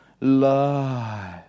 life